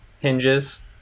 hinges